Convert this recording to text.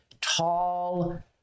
tall